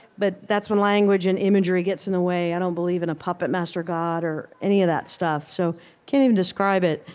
but that's when language and imagery gets in the way. i don't believe in a puppet-master god or any of that stuff so i can't even describe it.